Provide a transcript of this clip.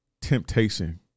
temptation